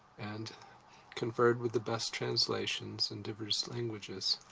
and conferred with the best translations and divers languages.